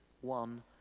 one